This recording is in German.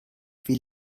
will